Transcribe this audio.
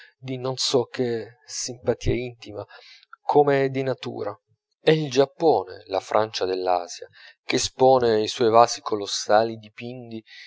di non so che simpatia intima come di natura è il giappone la francia dell'asia che espone i suoi vasi colossali